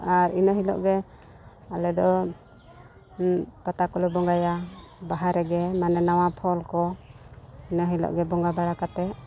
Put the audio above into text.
ᱟᱨ ᱤᱱᱟᱹ ᱦᱤᱞᱳᱜ ᱜᱮ ᱟᱞᱮ ᱫᱚ ᱯᱟᱛᱟ ᱠᱚᱞᱮ ᱵᱚᱸᱜᱟᱭᱟ ᱯᱟᱛᱟ ᱠᱚᱞᱮ ᱵᱚᱸᱜᱟᱭᱟ ᱵᱟᱦᱟ ᱨᱮᱜᱮ ᱢᱟᱱᱮ ᱱᱟᱣᱟ ᱯᱷᱚᱞ ᱠᱚ ᱤᱱᱟᱹ ᱦᱤᱞᱳᱜ ᱜᱮ ᱵᱚᱸᱜᱟ ᱵᱟᱲᱟ ᱠᱟᱛᱮ